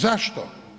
Zašto?